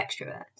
extroverts